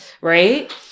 right